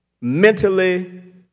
mentally